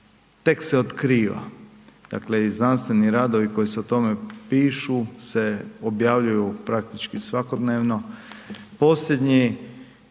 tek se otkriva. Dakle i znanstveni radovi koji o tome pišu se objavljuju praktički svakodnevno.